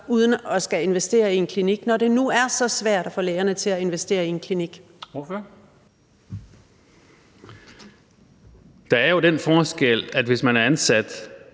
uden at man skulle investere i en klinik, når det nu er så svært at få lægerne til at investere i en klinik? Kl. 14:06 Formanden